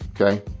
Okay